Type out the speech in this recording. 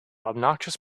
obnoxious